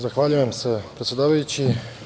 Zahvaljujem se, predsedavajući.